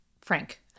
Frank